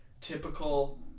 typical